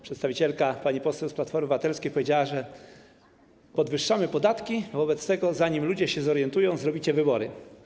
Pani poseł z Platformy Obywatelskiej powiedziała, że podwyższamy podatki, wobec tego zanim ludzie się zorientują, zrobicie wybory.